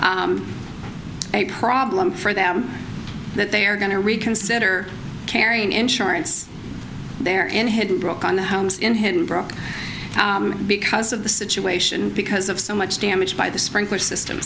a problem for them that they are going to reconsider carrying insurance there and hadn't broken the homes in hidden broke because of the situation because of so much damage by the sprinkler system